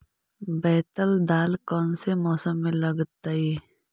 बैतल दाल कौन से मौसम में लगतैई?